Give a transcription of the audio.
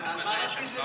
על מה רצית לדבר?